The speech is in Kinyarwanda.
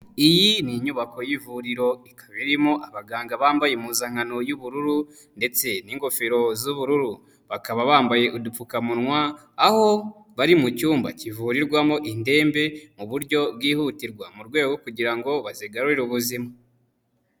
Iyi ni inyubako y'ivuriro, ikaba irimo abaganga bambaye impuzankano y'ubururu ndetse n'ingofero z'ubururu, bakaba bambaye udupfukamunwa, aho bari mu cyumba kivurirwamo indembe mu buryo bwihutirwa mu rwego rwo kugira ngo bazigarurire ubuzima.